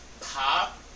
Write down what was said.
pop